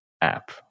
app